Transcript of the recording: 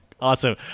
Awesome